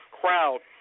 crowd